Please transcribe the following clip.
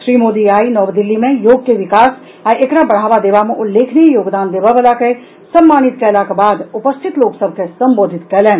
श्री मोदी आइ नव दिल्ली मे योग के विकास आ एकरा बढ़ावा देबा मे उल्लेखनीय योगदान देबऽवला के सम्मानित कयलाक बाद उपस्थित लोक सभ के संबोधित कयलनि